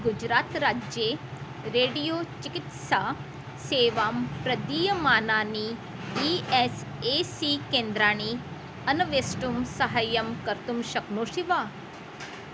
गुजरात् राज्ये रेडियोचिकित्सा सेवां प्रदीयमानानि ई एस् ए सी केन्द्राणि अन्वेष्टुं साहाय्यं कर्तुं शक्नोषि वा